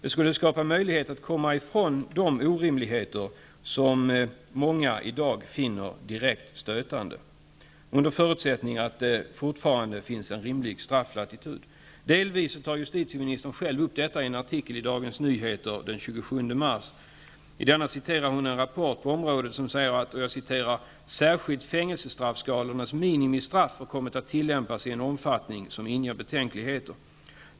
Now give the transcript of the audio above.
Det skulle skapa möjligheter att komma ifrån de orimligheter som många i dag finner direkt stötande. Detta är under förutsättning att det fortfarande finns en rimlig strafflatitud. Justitieministern tar själv delvis upp detta i en artikel i Dagens Nyheter från den 27 mars. I denna citerar hon en rapport på området som säger att: ''Särskilt fängelsestraffskalornas minimistraff har kommit att tillämpas i en omfattning som inger betänkligheter.